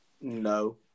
No